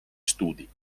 studi